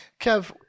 Kev